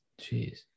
Jeez